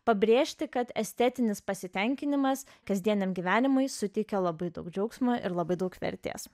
pabrėžti kad estetinis pasitenkinimas kasdieniam gyvenimui suteikia labai daug džiaugsmo ir labai daug vertės